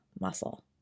muscle